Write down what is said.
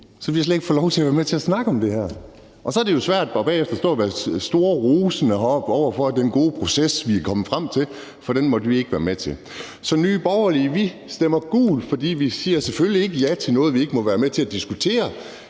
Så vi har slet ikke fået lov til at være med til at snakke om det her, og så er det jo svært bagefter at stå at være storrosende heroppe over for den gode proces og det, vi er kommet frem til, for det måtte vi ikke være med til. Så i Nye Borgerlige stemmer vi gult, for vi siger selvfølgelig ikke ja til noget, vi ikke må være med til at diskutere.